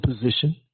position